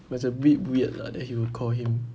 but it's a bit weird lah that he would call him